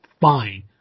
Fine